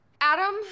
Adam